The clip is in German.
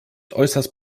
äußerst